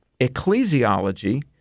Ecclesiology